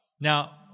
Now